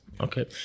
Okay